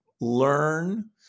learn